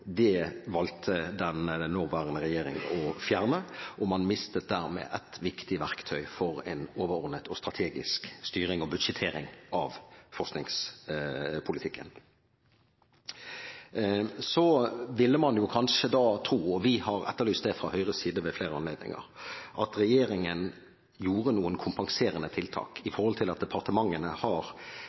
valgte den nåværende regjering å fjerne, og man mistet dermed et viktig verktøy for en overordnet og strategisk styring og budsjettering av forskningspolitikken. Så ville man da kanskje tro – og vi har etterlyst det fra Høyres side ved flere anledninger – at regjeringen gjorde noen kompenserende tiltak når det gjelder den sterke rolle departementene har